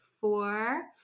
four